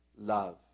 love